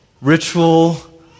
ritual